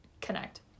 connect